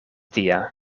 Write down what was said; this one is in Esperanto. tia